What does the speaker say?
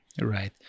Right